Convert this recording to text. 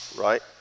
right